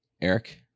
Eric